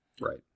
Right